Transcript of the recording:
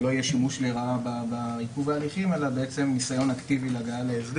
זה היה יום הכשרה שנערך בזום לאור התפרצות נגיף הקורונה.